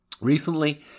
Recently